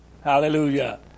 Hallelujah